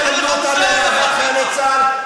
אתם לא תלמדו אותנו על אהבת חיילי צה"ל,